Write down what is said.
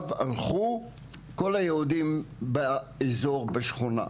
אליו הלכו כל היהודים באזור בשכונה.